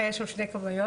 היו שם שתי כבאיות,